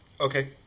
Okay